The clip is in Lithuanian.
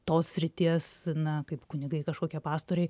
tos srities na kaip kunigai kažkokie pastoriai